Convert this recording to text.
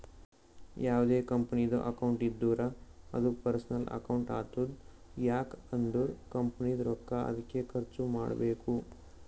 ಯಾವ್ದೇ ಕಂಪನಿದು ಅಕೌಂಟ್ ಇದ್ದೂರ ಅದೂ ಪರ್ಸನಲ್ ಅಕೌಂಟ್ ಆತುದ್ ಯಾಕ್ ಅಂದುರ್ ಕಂಪನಿದು ರೊಕ್ಕಾ ಅದ್ಕೆ ಖರ್ಚ ಮಾಡ್ಬೇಕು